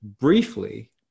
briefly